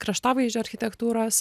kraštovaizdžio architektūros